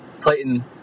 Clayton